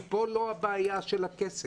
פה לא הבעיה של הכסף,